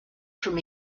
from